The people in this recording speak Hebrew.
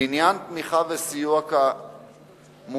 לעניין תמיכה וסיוע כאמור,